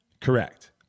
Correct